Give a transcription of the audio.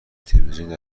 تلویزیونی